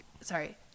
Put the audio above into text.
Sorry